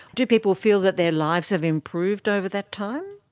do people feel that their lives have improved over that time?